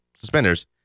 suspenders